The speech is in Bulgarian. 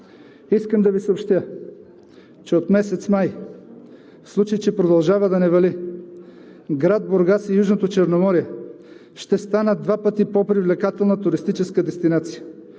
Искам да Ви съобщя, че от месец май, в случай че продължава да не вали, град Бургас и Южното Черноморие ще станат два пъти по-привлекателна туристическа дестинация